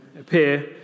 appear